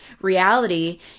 reality